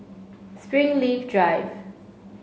Springleaf Drive